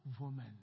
woman